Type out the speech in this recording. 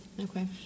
Okay